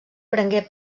prengué